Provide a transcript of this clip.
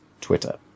Twitter